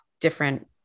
different